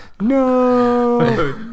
no